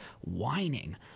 whining